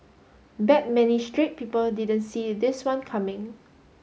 bet many straight people didn't see this one coming